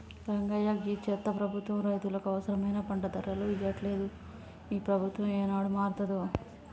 రంగయ్య గీ చెత్త ప్రభుత్వం రైతులకు అవసరమైన పంట ధరలు ఇయ్యట్లలేదు, ఈ ప్రభుత్వం ఏనాడు మారతాదో